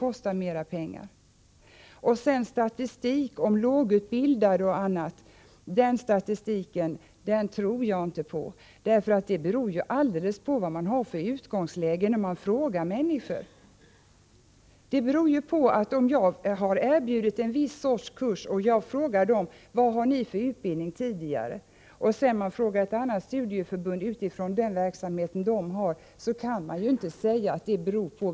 Ingvar Johnsson åberopar statistik om lågutbildade och annat. Den statistiken tror jag inte på, därför att det beror ju alldeles på vad man har för utgångsläge när man frågar människor. Om jag har erbjudit en viss sorts kurs och man sedan frågar ett annat studieförbund utifrån den verksamhet det har, kan man inte dra några slutsatser av det.